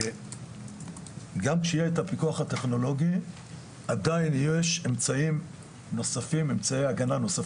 גם כשיהיה את הפיקוח הטכנולוגי עדיין יש אמצעים נוספים,